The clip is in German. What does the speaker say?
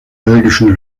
belgischen